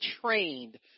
trained